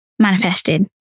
manifested